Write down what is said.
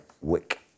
wick